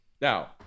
Now